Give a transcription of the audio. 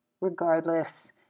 Regardless